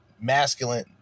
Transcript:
Masculine